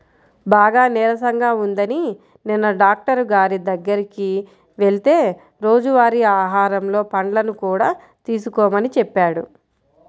బాగా నీరసంగా ఉందని నిన్న డాక్టరు గారి దగ్గరికి వెళ్తే రోజువారీ ఆహారంలో పండ్లను కూడా తీసుకోమని చెప్పాడు